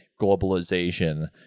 globalization